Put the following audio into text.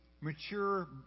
mature